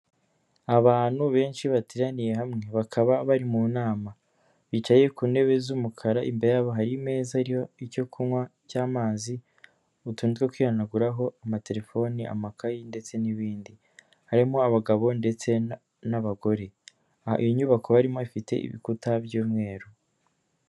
Abantu benshi bateraniye hamwe bakaba bari mu nama bicaye ku ntebe z'umukara imbere y'abo hari imeza iriho icyo kunywa cy'amazi, utuntu two kwihanaguraho, amatelefone, amakaye ndetse n'ibindi. Harimo abagabo ndetse n'abagore, iyo nyubako barimo ifite ibikuta by'umweru.